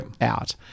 out